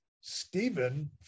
Stephen